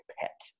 pet